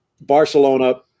Barcelona